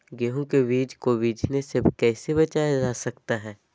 गेंहू के बीज को बिझने से कैसे बचाया जा सकता है?